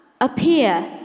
appear